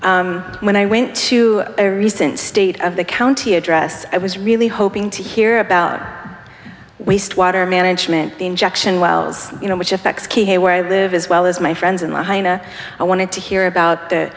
when i went to a recent state of the county address i was really hoping to hear about waste water management injection wells you know which affects key where i live as well as my friends in the hina i wanted to hear about